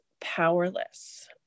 powerless